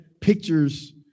pictures